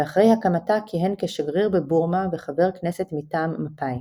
ואחרי הקמתה כיהן כשגריר בבורמה וחבר כנסת מטעם מפא"י.